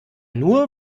nur